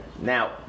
Now